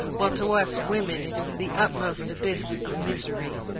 while to us women it is the utmost abyss of misery.